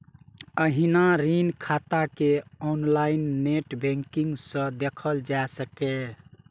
एहिना ऋण खाता कें ऑनलाइन नेट बैंकिंग सं देखल जा सकैए